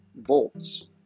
volts